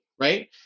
right